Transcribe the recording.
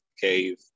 Cave